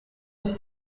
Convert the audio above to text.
six